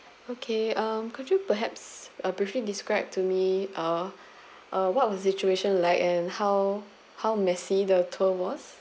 okay um could you perhaps uh briefly described to me uh uh what the situation like and how how messy the tour was